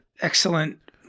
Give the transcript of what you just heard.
excellent